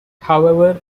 however